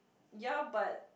ya but